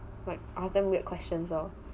like ask them weird questions lor